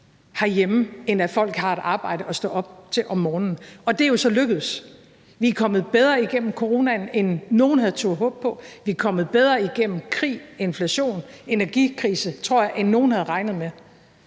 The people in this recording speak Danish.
herhjemme, end at folk har et arbejde at stå op til om morgenen. Og det er jo så lykkedes. Vi er kommet bedre igennem coronaen, end nogen havde turdet håbe på. Vi er kommet bedre igennem krig, inflation og energikrise, end nogen havde regnet med,